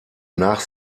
nach